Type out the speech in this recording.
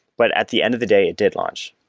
but at the end of the day it did launch.